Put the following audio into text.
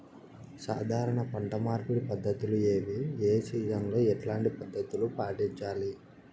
సాధారణ పంట మార్పిడి పద్ధతులు ఏవి? ఏ సీజన్ లో ఎట్లాంటి పద్ధతులు పాటించాలి?